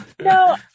No